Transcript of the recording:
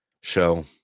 show